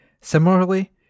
similarly